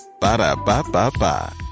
Ba-da-ba-ba-ba